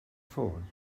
ffôn